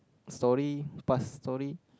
story past story